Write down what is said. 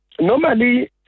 Normally